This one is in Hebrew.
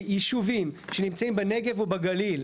שישובים שנמצאים בנגב או בגליל,